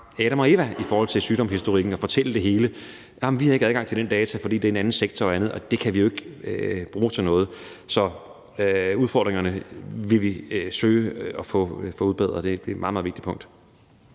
Adam og Eva med sygdomshistorikken og fortælle det hele. Man siger f.eks.: Jamen vi har ikke adgang til de data, for det er en anden sektor, og det kan vi jo ikke bruge til noget. Så udfordringerne vil vi søge at få udbedret. Det er et meget, meget vigtigt punkt.